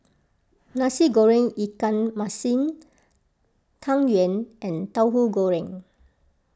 Nasi Goreng Ikan Masin Tang Yuen and Tahu Goreng